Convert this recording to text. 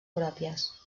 pròpies